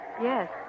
Yes